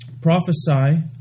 prophesy